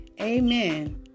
Amen